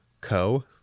Co